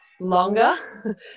longer